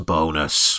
Bonus